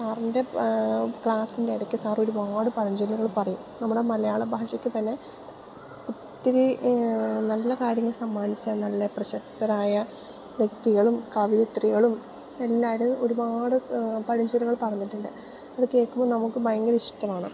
സാറിൻ്റെ ക്ലാസ്സിൻ്റെ ഇടയ്ക്ക് സാർ ഒരുപാട് പഴഞ്ചൊല്ലുകൾ പറയും നമ്മുടെ മലയാള ഭാഷയ്ക്ക് തന്നെ ഒത്തിരി നല്ല കാര്യങ്ങൾ സമ്മാനിച്ച നല്ല പ്രശസ്തരായ വ്യക്തികളും കവിയത്രികളും എല്ലാവരും ഒരുപാട് പഴഞ്ചൊല്ലുകൾ പറഞ്ഞിട്ടുണ്ട് അത് കേൾക്കുമ്പോൾ നമുക്ക് ഭയങ്കര ഇഷ്ടമാണ്